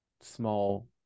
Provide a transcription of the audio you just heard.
small